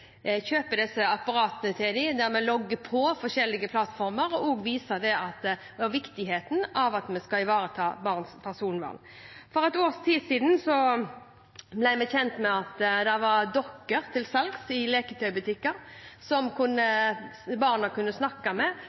kjøper disse apparatene til dem der de kan logge på forskjellige plattformer. Det viser viktigheten av å ivareta barns personvern. For et års tid siden ble vi kjent med at det var dokker til salgs i leketøysbutikker som barna kunne snakke med,